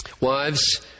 Wives